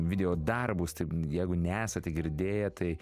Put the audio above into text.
video darbus taip jeigu nesate girdėję tai